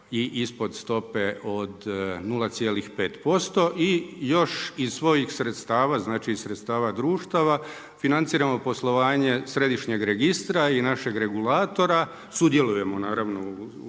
i ispod stope od 0,5% i još iz svojih sredstava, znači iz sredstava društava financiramo poslovanje središnjeg registra i našeg regulatora. Sudjelujemo naravno u